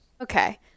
Okay